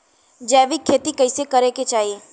जैविक खेती कइसे करे के चाही?